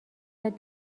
یاد